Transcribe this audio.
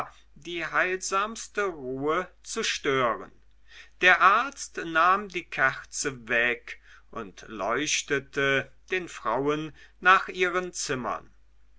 die heilsamste ruhe zu stören der arzt nahm die kerze weg und leuchtete den frauen nach ihren zimmern